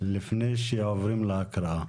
לפני שעוברים להקראה.